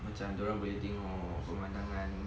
macam dia orang boleh tengok permandangan